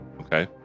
okay